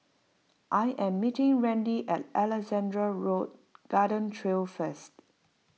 I am meeting Randy at Alexandra Road Garden Trail first